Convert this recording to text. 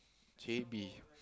J_B